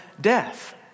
death